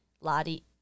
lottie